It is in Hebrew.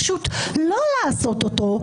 פשוט לא לעשות אותו,